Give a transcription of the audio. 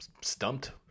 stumped